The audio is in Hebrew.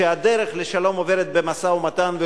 שהדרך לשלום עוברת במשא-ומתן,